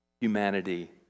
Humanity